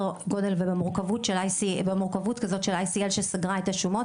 גודל ובמורכבות כזאת של ICL שסגרה את השומות,